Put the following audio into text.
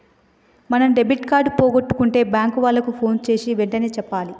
మనం debit card పోగొట్టుకుంటే bank ఓళ్ళకి పోన్ జేసీ ఎంటనే చెప్పాల